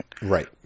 Right